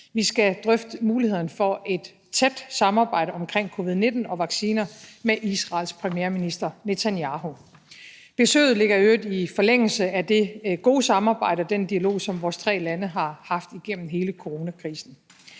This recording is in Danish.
Vi skal drøfte mulighederne for et tæt samarbejde omkring covid-19 og vacciner med Israels premierminister, Benjamin Netanyahu. Besøget ligger i øvrigt i forlængelse af det gode samarbejde og den dialog, som vores tre lande har haft igennem hele coronakrisen.